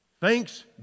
Thanks